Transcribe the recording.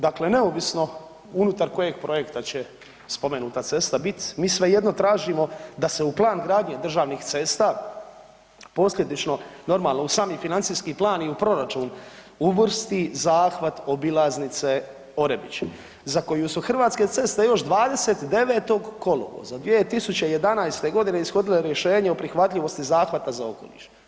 Dakle, neovisno unutar kojeg projekta će spomenuta cesta bit, mi svejedno tražimo da se u plan gradnje državnih cesta posljedično normalno uz sami financijski plan i u proračun uvrsti zahvat obilaznice Orebić za koju su Hrvatske ceste još 29. kolovoza 2011. godine ishodile rješenje o prihvatljivosti zahvata za okoliš.